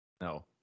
no